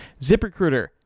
ZipRecruiter